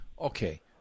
okay